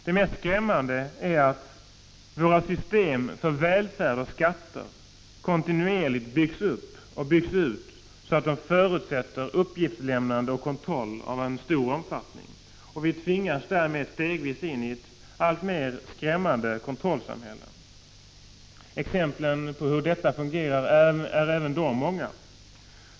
Det mest skrämmande är att våra system för välfärd och skatter kontinuerligt byggs upp och ut så att de förutsätter uppgiftslämnande och kontroll i stor omfattning. Vi tvingas därmed stegvis in i ett alltmer skrämmande kontrollsamhälle. Även exemplen på hur detta fungerar är många.